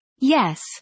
Yes